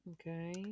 Okay